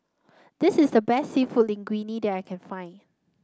this is the best seafood Linguine that I can find